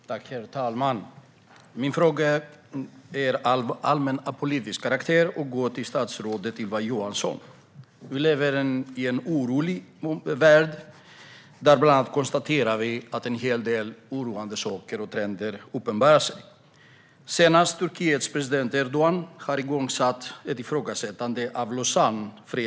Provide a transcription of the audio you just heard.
Herr talman! Min fråga är av allmänpolitisk karaktär och går till statsrådet Ylva Johansson. Vi lever i en orolig värld där vi bland annat kan konstatera att en hel del oroande saker och trender uppenbarar sig. Senast var det Turkiets president Erdogan, som har börjat ifrågasätta Lausannefreden.